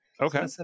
Okay